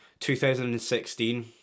2016